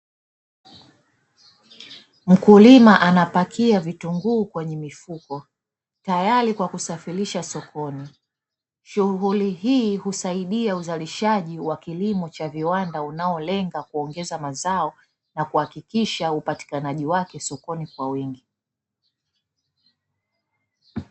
Mkulima anapakia vitunguu kwenye mifuko taayri kwa kusafirisha sokoni, shughuli hii husaidia uzalishaji wa kilimo cha viwanda unaolenga kuongeza mazao, na kuhakikisha upatikanaji wake sokoni kwa wingi.